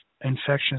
infections